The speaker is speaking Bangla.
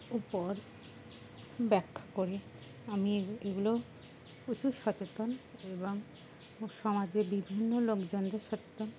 ব্যাখ্যা করি আমি এগুলো প্রচুর সচেতন এবং সমাজে বিভিন্ন লোকজনদের সচেতন